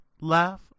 laugh